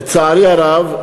לצערי הרב,